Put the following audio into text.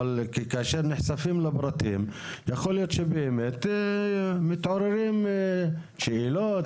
אבל כאשר נחשפים לפרטים יכול להיות שבאמת מתעוררות שאלות,